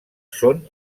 són